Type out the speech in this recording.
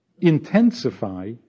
intensify